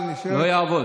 לא יעבוד.